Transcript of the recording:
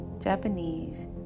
Japanese